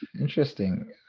interesting